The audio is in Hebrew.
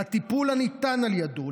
לטיפול הניתן על ידו,